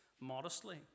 modestly